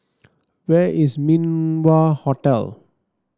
where is Min Wah Hotel